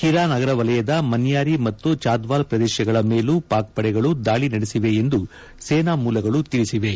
ಹಿರಾ ನಗರ ವಲಯದ ಮನ್ಯಾರಿ ಮತ್ತು ಚಾದ್ವಾಲ್ ಪ್ರದೇಶಗಳ ಮೇಲೂ ಪಾಕ್ ಪಡೆಗಳು ದಾಳಿ ನಡೆಸಿವೆ ಎಂದು ಸೇನಾ ಮೂಲಗಳು ತಿಳಿಸಿವೆ